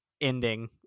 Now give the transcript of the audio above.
ending